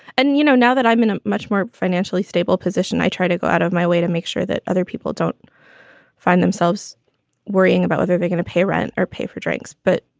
and, you know, now that i'm in a much more financially stable position, i try to go out of my way to make sure that other people don't find themselves worrying about whether they're going to pay rent or pay for drinks. but,